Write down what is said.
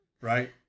right